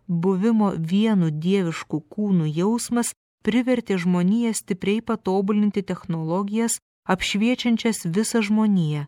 buvimo vienu dievišku kūnu jausmas privertė žmoniją stipriai patobulinti technologijas apšviečiančias visą žmoniją